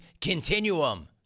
continuum